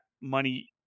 money